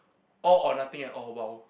all or nothing at all !wow!